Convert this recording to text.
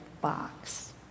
box